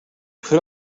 put